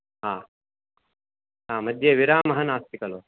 हा हा मध्ये विरामः नास्ति खलु